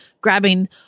grabbing